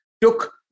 took